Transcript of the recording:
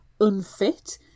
unfit